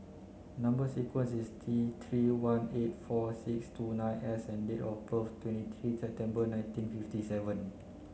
number sequence is T three one eight four six two nine S and date of birth twenty three September nineteen fifty seven